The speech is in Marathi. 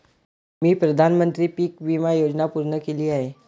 मी प्रधानमंत्री पीक विमा योजना पूर्ण केली आहे